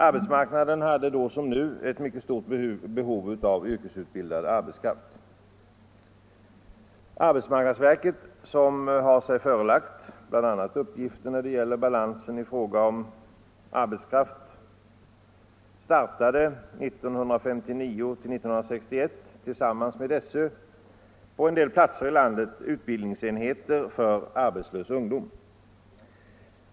Arbetsmarknaden hade då som nu ett mycket stort behov av yrkesutbildad arbetskraft. Arbetsmarknadsverket, som har sig förelagt bl.a. uppgifter när det gäller balansen i fråga om arbetskraft, startade 1959-1961, tillsammans med SÖ, på en del platser i landet utbildningsenheter för arbetslös ungdom.